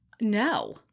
no